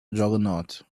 juggernaut